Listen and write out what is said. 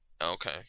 Okay